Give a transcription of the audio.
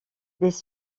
des